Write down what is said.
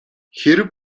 хэрэв